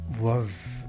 Love